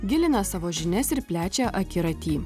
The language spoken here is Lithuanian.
gilina savo žinias ir plečia akiratį